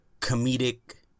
comedic